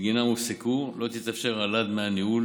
בגינם הופסקו לא תתאפשר העלאת דמי הניהול